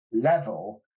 level